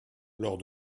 lors